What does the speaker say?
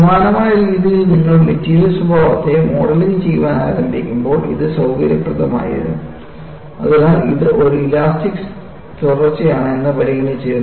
സമാനമായ രീതിയിൽ നിങ്ങൾ മെറ്റീരിയൽ സ്വഭാവത്തെ മോഡലിംഗ് ചെയ്യാൻ ആരംഭിക്കുമ്പോൾ അത് സൌകര്യപ്രദമായിരുന്നു അതിനാൽ ഇത് ഒരു ഇലാസ്റ്റിക് തുടർച്ചയാണ് എന്ന് പരിഗണിച്ചിരുന്നു